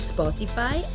Spotify